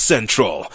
Central